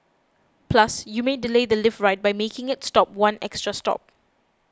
plus you may delay the lift ride by making it stop one extra stop